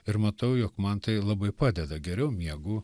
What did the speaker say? ir matau jog man tai labai padeda geriau miegu